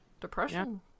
depression